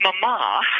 Mama